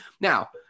now